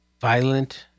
violent